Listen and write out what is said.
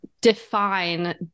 define